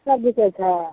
की सब छै